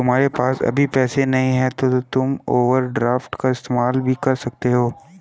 तुम्हारे पास अभी पैसे नहीं है तो तुम ओवरड्राफ्ट का इस्तेमाल भी कर सकते हो